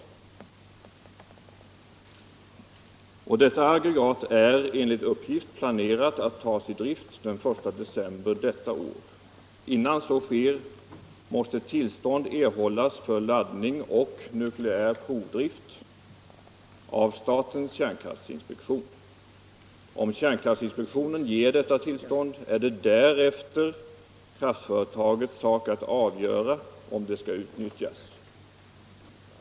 Det andra aktuella aggregatet är enligt uppgift planerat att tas i drift den 1 januari detta år. Innan så sker måste tillstånd erhållas för laddning och nukleär provdrift av statens kärnkraftinspektion. Om kärnkraftinspektionen ger detta tillstånd är det därefter kraftföretagets sak att avgöra om det skall utnyttjas.